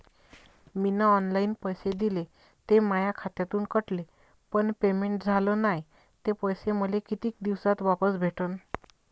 मीन online पैसे दिले, ते माया खात्यातून कटले, पण पेमेंट झाल नायं, ते पैसे मले कितीक दिवसात वापस भेटन?